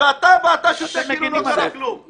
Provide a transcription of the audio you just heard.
חבר המפלגה שלך הבריח